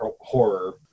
horror